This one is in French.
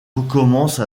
recommence